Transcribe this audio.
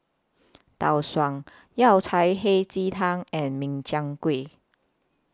Tau Suan Yao Cai Hei Ji Tang and Min Chiang Kueh